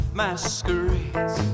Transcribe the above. masquerades